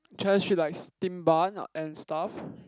Chinese street like steamed bun and stuff